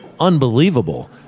unbelievable